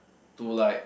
to like